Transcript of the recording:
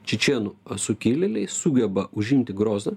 čečėnų sukilėliai sugeba užimti grozną